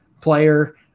player